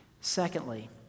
Secondly